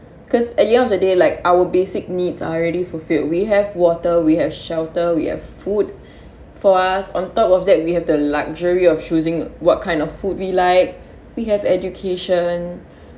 cause at the end of the day like our basic needs are already fulfilled we have water we have shelter we have food for us on top of that we have the luxury of choosing what kind of food we like we have education